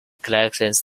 collections